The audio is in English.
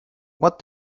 what